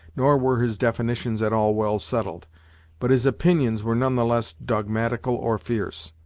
nor were his definitions at all well settled but his opinions were none the less dogmatical or fierce.